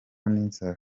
n’inzara